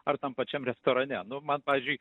ar tam pačiam restorane nu man pavyzdžiui